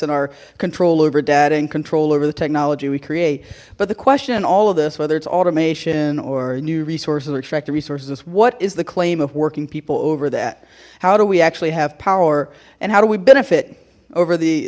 and our control over data and control over the technology we create but the question in all of this whether it's automation or new resources or attractive resources it's what is the claim of working people over that how do we actually have power and how do we benefit over the